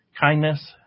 kindness